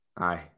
Aye